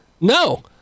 No